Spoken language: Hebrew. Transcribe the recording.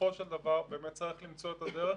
בסופו של דבר באמת צריך למצוא את הדרך.